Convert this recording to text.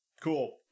cool